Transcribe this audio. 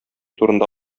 турында